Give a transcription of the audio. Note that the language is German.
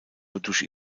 wodurch